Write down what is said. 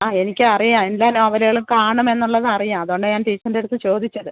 ആ എനിക്കറിയാം എല്ലാ നോവലുകളും കാണുമെന്നുള്ളതറിയാം അതുകൊണ്ടാണ് ഞാൻ ടീച്ചറിൻ്റടുത്ത് ചോദിച്ചത്